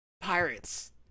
pirates